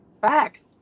Facts